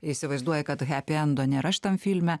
įsivaizduoja kad hepiendo nėra šitam filme